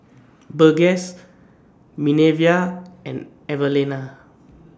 Burgess Minervia and Evalena